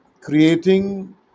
creating